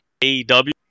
AEW